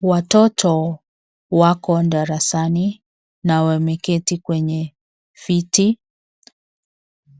Watoto wako darasani na wameketi kwenye viti.